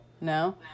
No